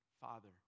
Father